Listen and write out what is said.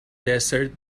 desert